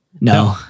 No